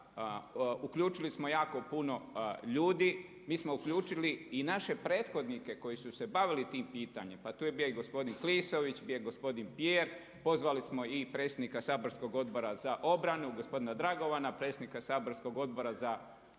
uključili smo jako puno ljudi. Mi smo uključili i naše prethodnike koji su se bavili tim pitanjem, pa tu je bio i gospodin Klisović, bio je i gospodin Pijer, pozvali smo i predsjednika saborskog Odbora za obranu gospodina DRagovana, predsjednika saborskog Odbora za